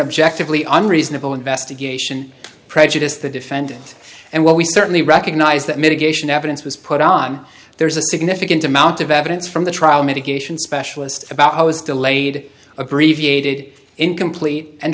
objective lea unreasonable investigation prejudiced the defendant and well we certainly recognize that mitigation evidence was put on there is a significant amount of evidence from the trial mitigation specialist about how is delayed abbreviated incomplete and